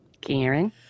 Karen